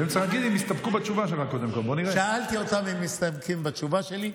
והם יחליטו אם הם מסתפקים בתשובה שלך.